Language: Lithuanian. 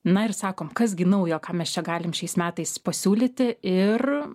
na ir sakom kas gi naujo ką mes čia galim šiais metais pasiūlyti ir